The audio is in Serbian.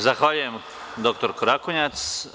Zahvaljujem dr Rakonjac.